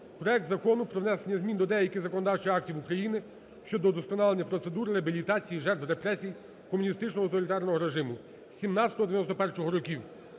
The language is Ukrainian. проект Закону про внесення змін до деяких законодавчих актів України щодо удосконалення процедури реабілітації жертв репресій комуністичного тоталітарного режиму 1917–1991 років.